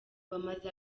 bamaze